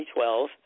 2012